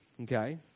Okay